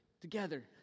together